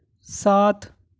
ساتھ